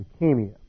leukemia